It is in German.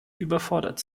überfordert